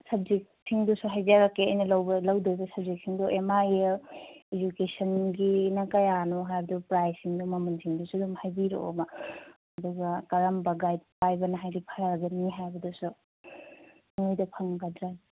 ꯁꯕꯖꯦꯛꯁꯤꯡꯗꯨꯁꯨ ꯍꯥꯏꯖꯔꯛꯀꯦ ꯑꯩꯅ ꯂꯧꯕ ꯂꯧꯗꯣꯏꯕ ꯁꯕꯖꯦꯛꯁꯤꯡꯗꯣ ꯑꯦꯝ ꯑꯥꯏ ꯑꯦꯜ ꯏꯗꯨꯀꯦꯁꯟꯒꯤꯅ ꯀꯌꯥꯅꯣ ꯍꯥꯏꯕꯗꯣ ꯄ꯭ꯔꯥꯏꯁꯁꯤꯡꯗꯣ ꯃꯃꯜꯁꯤꯡꯗꯨꯁꯨ ꯑꯗꯨꯝ ꯍꯥꯏꯕꯤꯔꯛꯑꯣꯕ ꯑꯗꯨꯒ ꯀꯔꯝꯕ ꯒꯥꯏꯗ ꯄꯥꯏꯕꯅ ꯍꯥꯏꯗꯤ ꯐꯒꯅꯤ ꯍꯥꯏꯕꯗꯨꯁꯨ ꯅꯣꯏꯗ ꯐꯪꯒꯗ꯭ꯔ